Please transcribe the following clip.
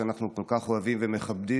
שאנחנו כל כך אוהבים ומכבדים,